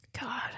God